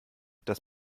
das